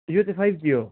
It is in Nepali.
यो चाहिँ फाइभ जी हो